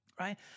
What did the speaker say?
Right